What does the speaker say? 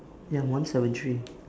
ya I'm one seven three